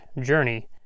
journey